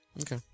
Okay